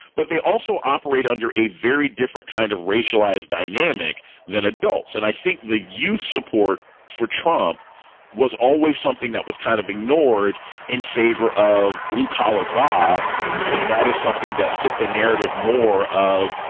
but they also operate under a very different kind of racialized dynamic than adults. and i think the youth support for trump was always something that was kind of ignored in favor of blue collar bob that is something that fit the narrative more of,